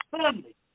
Family